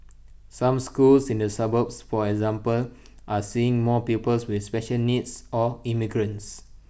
some schools in the suburbs for example are seeing more pupils with special needs or immigrants